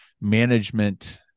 management